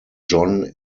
john